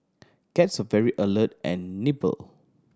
cats are very alert and nimble